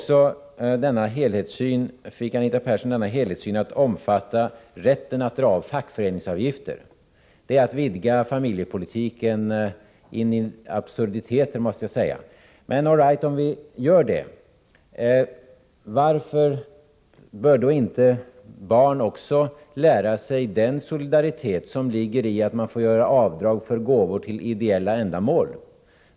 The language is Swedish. Sedan fick Anita Persson denna helhetssyn att också omfatta rätten att dra av fackföreningsavgifter. Det är att vidga familjepolitiken in absurdum, måste jag säga. Men all right, om vi gör det, varför bör då inte också barn lära sig den solidaritet som ligger i att man får göra avdrag för gåvor till ideella ändamål?